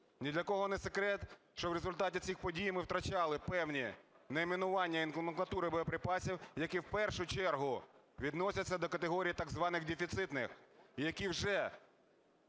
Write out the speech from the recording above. Ні для кого не секрет, що в результаті цих подій ми втрачали певні найменування і номенклатури боєприпасів, які в першу чергу відносяться до категорій так званих дефіцитних і які вже